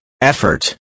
effort